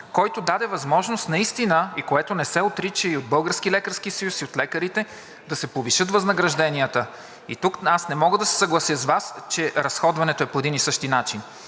който даде възможност наистина, и което не се отрича и от Българския лекарски съюз и от лекарите, да се повишат възнагражденията. И тук аз не мога да се съглася с Вас, че разходването е по един и същи начин.